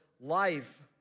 Life